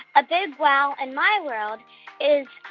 a big wow in my world is,